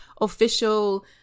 official